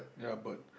ya bird